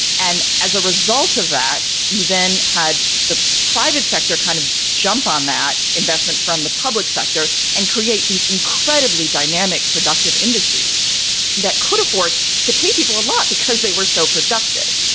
and as a result of that, you then had the private sector kind of jump on that investment from the public sector and create these incredibly dynamic, productive industries that could afford to pay people a lot because they were so productive.